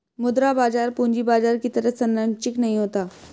मुद्रा बाजार पूंजी बाजार की तरह सरंचिक नहीं होता